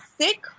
sick